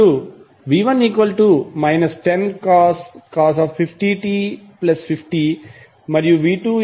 ఇప్పుడు మీరు v1 10cos 50t50 మరియుv212sin